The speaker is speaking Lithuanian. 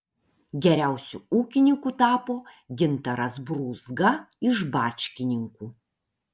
geriausiu ūkininku tapo gintaras brūzga iš bačkininkų